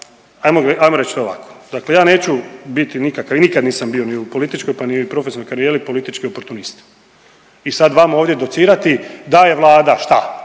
ajmo reći ovako. Dakle, ja neću biti nikakav i nikad nisam bio ni u političkoj pa ni profesionalnoj karijeri politički oportunist i sada vama ovdje docirati da je vlada šta